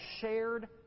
shared